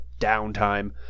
downtime